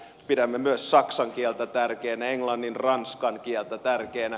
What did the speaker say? pidämme myös saksan kieltä tärkeänä englannin ranskan kieltä tärkeänä